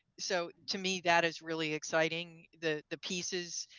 so to me that is really exciting. the the pieces.